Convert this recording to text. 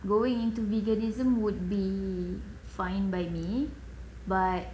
going into veganism would be fine by me but